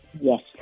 Yes